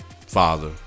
father